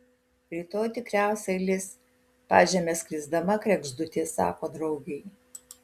rytoj tikriausiai lis pažeme skrisdama kregždutė sako draugei